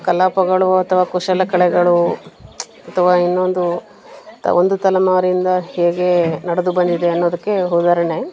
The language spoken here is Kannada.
ಕಲಾಪಗಳು ಅಥವಾ ಕುಶಲಕಲೆಗಳು ಅಥವಾ ಇನ್ನೊಂದು ತ ಒಂದು ತಲೆಮಾರಿಂದ ಹೇಗೆ ನಡೆದು ಬಂದಿದೆ ಅನ್ನೋದಕ್ಕೆ ಉದಾರಣೆ